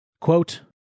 Quote